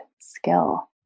skill